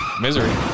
Misery